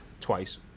twice